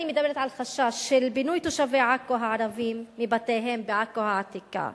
אני מדברת על חשש של פינוי תושבי עכו הערבים מבתיהם בעכו העתיקה.